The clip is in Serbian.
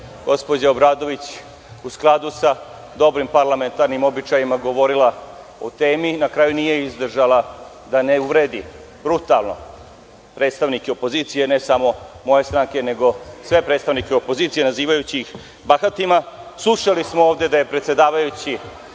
gospođa Obradović u skladu sa dobrim parlamentarnim običajima govorila o temu, ali na kraju nije izdržala da ne uvredi brutalno predstavnike opozicije, ne samo moje stranke, nego sve predstavnike opozicije nazivajući ih bahatima. Slušali smo ovde da je predsedavajući